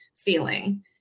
feeling